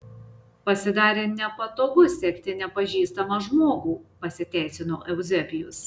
pasidarė nepatogu sekti nepažįstamą žmogų pasiteisino euzebijus